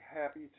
happy